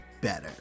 better